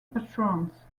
patrons